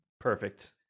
Perfect